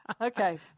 Okay